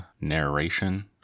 narration